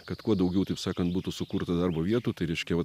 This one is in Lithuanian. kad kuo daugiau taip sakant būtų sukurta darbo vietų tai reiškia va